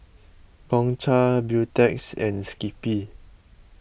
Gongcha Beautex and Skippy